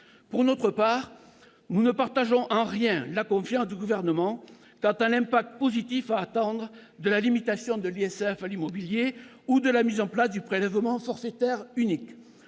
Pour notre part, nous ne partageons en rien la confiance du Gouvernement quant à l'effet positif à attendre de la limitation de l'ISF à l'immobilier ou de la mise en place du prélèvement forfaitaire unique.